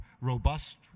robust